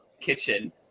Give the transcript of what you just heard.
kitchen